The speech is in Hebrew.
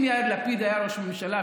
אם יאיר לפיד היה ראש ממשלה,